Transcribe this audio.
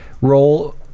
roll